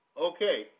Okay